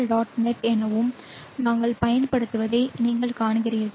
net எனவும் நாங்கள் பயன்படுத்துவதை நீங்கள் காண்கிறீர்கள்